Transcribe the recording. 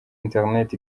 internet